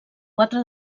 quatre